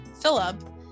Philip